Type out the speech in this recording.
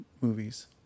movies